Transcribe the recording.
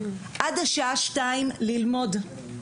עד השעה שתיים ללמוד.